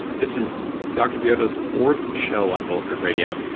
this is dr. villoldo's fourth show on bulletproof radio.